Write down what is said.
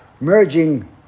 merging